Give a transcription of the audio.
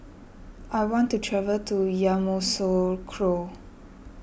I want to travel to Yamoussoukro